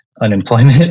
unemployment